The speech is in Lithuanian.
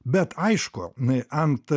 bet aišku n ant